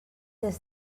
des